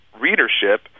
readership